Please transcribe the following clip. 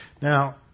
Now